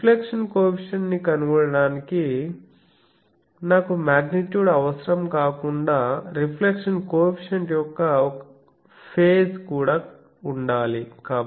కానీ reflection coefficient ని కనుగొనటానికి నాకు మాగ్నిట్యూడ్ అవసరం కాకుండా రిఫ్లెక్షన్ కో ఎఫిషియంట్ యొక్క ఒక ఫేజ్ కూడా ఉండాలి